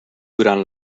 durant